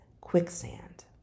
quicksand